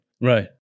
Right